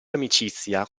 amicizia